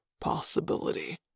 possibility